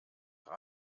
ohne